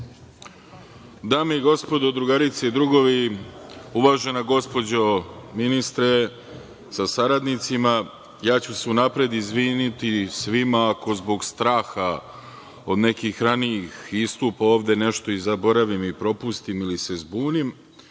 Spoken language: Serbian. Dame i gospodo, drugarice i drugovi, uvažena gospođo ministre sa saradnicima, ja ću se unapred izviniti svima ako zbog straha od nekih ranijih istupa ovde nešto i zaboravim i propustim ili se zbunim,